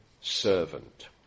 servant